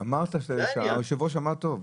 יושב הראש אמר טוב.